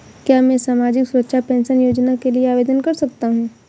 क्या मैं सामाजिक सुरक्षा पेंशन योजना के लिए आवेदन कर सकता हूँ?